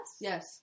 Yes